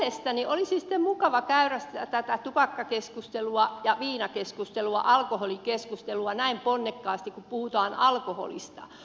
mutta mielestäni olisi sitten mukava käydä paitsi tätä tupakkakeskustelua myös viinakeskustelua käydä keskustelua näin ponnekkaasti kun puhutaan alkoholista